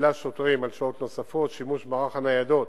לשוטרים על שעות נוספות, שימוש במערך הניידות